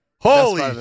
Holy